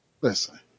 listen